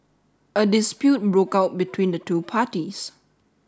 a dispute broke out between the two parties